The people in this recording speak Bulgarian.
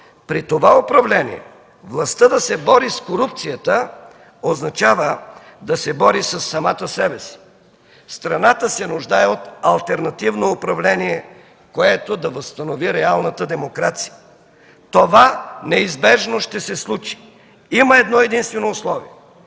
при това управление властта да се бори с корупцията означава да се бори със самата себе си. Страната се нуждае от алтернативно управление, което да възстанови реалната демокрация. Това неизбежно ще се случи. Има едно-единствено условие